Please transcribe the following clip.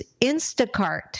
Instacart